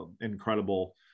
incredible